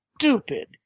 stupid